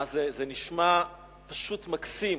מה זה, זה נשמע פשוט מקסים: